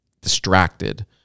distracted